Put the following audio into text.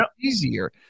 easier